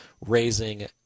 raising